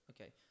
Okay